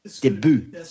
Debut